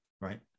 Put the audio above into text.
Right